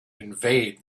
invade